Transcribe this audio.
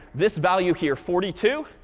this value here forty two.